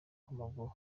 w’amaguru